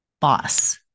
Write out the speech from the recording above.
boss